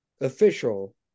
official